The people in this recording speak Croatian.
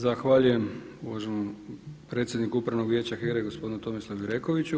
Zahvaljujem uvaženom predsjedniku Upravnog vijeća HERA-e gospodinu Tomislavu Jurekoviću.